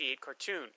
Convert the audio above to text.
cartoon